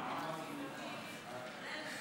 ואנחנו מכריזים היום עוד משהו: